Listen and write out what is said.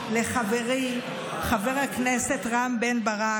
לחברי חבר הכנסת רם בן ברק,